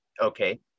Okay